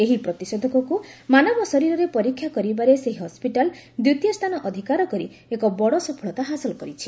ଏହି ପ୍ରତିଷେଧକକୁ ମାନବ ଶରୀରରେ ପରୀକ୍ଷା କରିବାରେ ସେହି ହସ୍କିଟାଲ୍ ଦ୍ୱିତୀୟ ସ୍ଥାନ ଅଧିକାର କରି ଏକ ବଡ଼ ସଫଳତା ହାସଲ କରିଛି